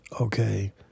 Okay